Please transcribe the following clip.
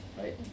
Right